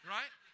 right